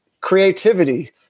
creativity